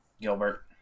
Gilbert